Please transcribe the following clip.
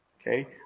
Okay